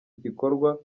gikorwa